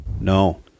no